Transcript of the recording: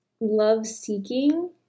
love-seeking